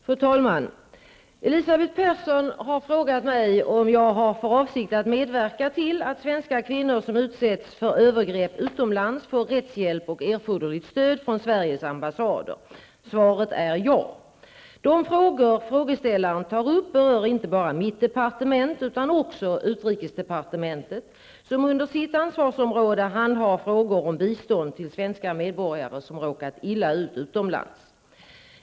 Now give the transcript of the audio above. Fru talman! Elisabeth Persson har frågat mig om jag har för avsikt att medverka till att svenska kvinnor som utsätts för övergrepp utomlands får rättshjälp och erforderligt stöd från Sveriges ambassader. Svaret är ja! De frågor frågeställaren tar upp berör inte bara mitt departement, utan också utrikesdepartementet, som under sitt ansvarsområde handhar frågor om bistånd till svenska medborgare som råkat illa ut utomlands.